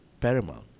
paramount